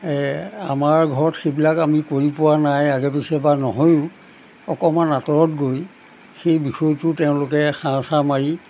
এই আমাৰ ঘৰত সেইবিলাক আমি কৰি পোৱা নাই আগে পিছে বা নহয়ও অকণমান আঁতৰত গৈ সেই বিষয়টো তেওঁলোকে সা চাহ মাৰি